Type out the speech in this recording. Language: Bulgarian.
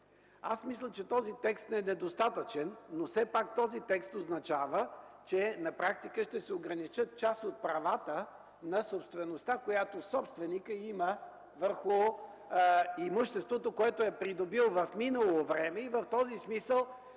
Аз мисля, че този текст е недостатъчен, но все пак означава, че на практика ще се ограничат част от правата на собствеността, която собственикът има върху имуществото, което е придобил в минало време. В този смисъл